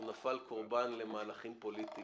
הוא נפל קרבן למהלכים פוליטיים.